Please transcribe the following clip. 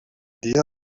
dia